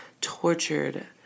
tortured